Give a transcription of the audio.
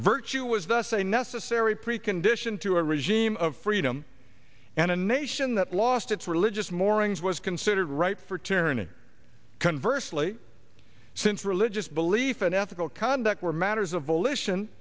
virtue was thus a necessary precondition to a regime of freedom and a nation that lost its religious moorings was considered right for tyranny converse lee since religious belief and ethical conduct were matters of volition